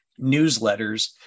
newsletters